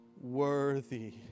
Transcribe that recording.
Worthy